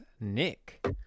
nick